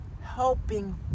helping